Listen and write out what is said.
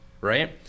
Right